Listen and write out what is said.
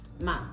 ma